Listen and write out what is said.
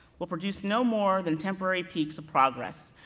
will produce no more than temporary peace or progress.